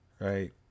right